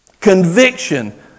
Conviction